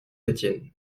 étienne